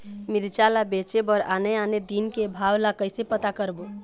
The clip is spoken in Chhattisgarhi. मिरचा ला बेचे बर आने आने दिन के भाव ला कइसे पता करबो?